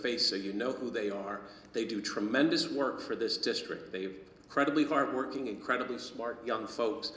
face or you know who they are they do tremendous work for this district they've credibly of are working incredibly smart young folks